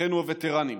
אחינו הווטרנים,